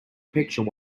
picture